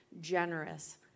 generous